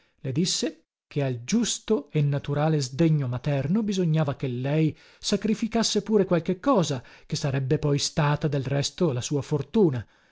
le disse che al giusto e naturale sdegno materno bisognava che lei sacrificasse pure qualche cosa che sarebbe poi stata del resto la sua fortuna